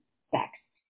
sex